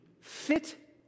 fit